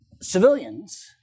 civilians